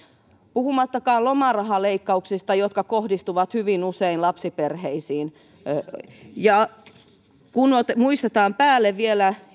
puhumattakaan lomarahaleikkauksista jotka kohdistuvat hyvin usein lapsiperheisiin ja kun muistetaan päälle vielä